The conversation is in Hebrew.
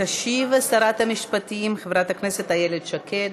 תשיב שרת המשפטים חברת הכנסת איילת שקד.